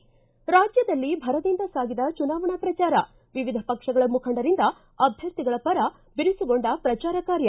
ಿ ರಾಜ್ಯದಲ್ಲಿ ಭರದಿಂದ ಸಾಗಿದ ಚುನಾವಣಾ ಪ್ರಚಾರ ವಿವಿಧ ಪಕ್ಷಗಳ ಮುಖಂಡರಿಂದ ಅಭ್ವರ್ಥಿಗಳ ಪರ ಬಿರುಸುಗೊಂಡ ಪ್ರಚಾರ ಕಾರ್ಯ